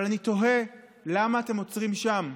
אבל אני תוהה למה אתם עוצרים שם.